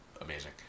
amazing